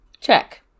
Check